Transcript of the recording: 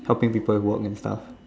helping people to work and stuff